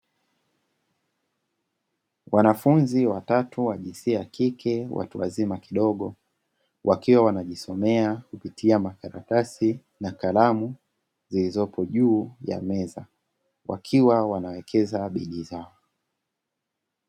Wanafunzi watatu wa jinsia ya kike watu wazima kidogo, wakiwa wanajisomea kupitia makaratasi na kalamu zilizopo juu ya meza; wakiwa wanawekeza bidii zao.